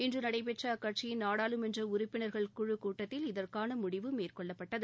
இன்று நடைபெற்ற அக்கட்சியின் நாடாளுமன்ற உறுப்பினர்கள் குழு கூட்டத்தில் இதற்கான முடிவு மேற்கொள்ளப்பட்டது